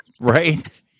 Right